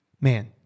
Man